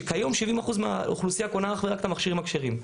שכיום 70% מהאוכלוסייה קונה אך ורק את המכשירים הכשרים.